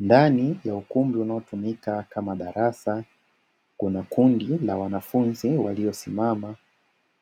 Ndani ya ukumbi unao tumika kama darasa kuna kundi la wanafunzi walio simama